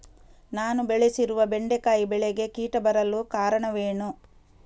ನಾನು ಬೆಳೆಸಿರುವ ಬೆಂಡೆಕಾಯಿ ಬೆಳೆಗೆ ಕೀಟ ಬರಲು ಕಾರಣವೇನು?